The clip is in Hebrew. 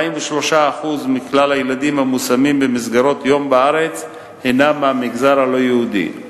43% מכלל הילדים המושמים במסגרות-יום בארץ הינם מהמגזר הלא-יהודי.